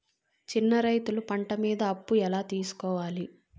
చిన్న రైతులు పంట మీద అప్పు ఎలా తీసుకోవాలి?